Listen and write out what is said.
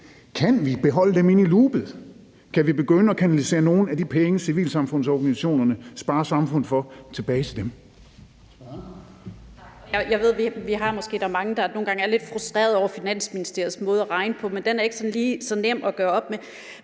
Kan vi beholde dem inde i loopet? Kan vi begynde at kanalisere nogle af de penge, civilsamfundsorganisationerne sparer samfundet for, tilbage til dem?